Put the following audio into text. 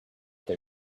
they